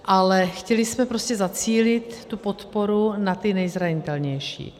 Ale chtěli jsme prostě zacílit tu podporu na ty nejzranitelnější.